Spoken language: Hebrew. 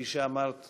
כפי שאמרת